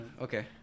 Okay